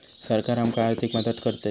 सरकार आमका आर्थिक मदत करतली?